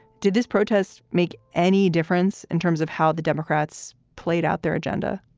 did this protest make any difference in terms of how the democrats played out their agenda?